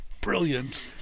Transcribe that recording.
brilliant